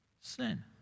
sin